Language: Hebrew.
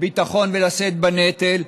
ביטחון ולשאת בנטל,